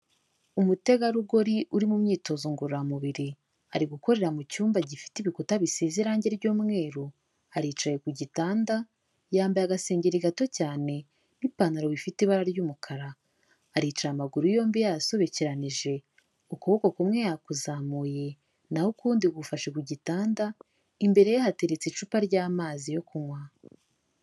Umutegarugori uri mu myitozo ngororamubiri ari gukorera mu cyumba gifite ibikuta bisize irangi ry'umweru, aricaye ku gitanda, yambaye agasengeri gato cyane n'ipantaro bifite ibara ry'umukara. Aricaye amaguru yombi yayasobekeranije, ukuboko kumwe yakuzamuye, naho ukundi gufashe ku gitanda, imbere ye hateretse icupa ry'amazi yo kunywa.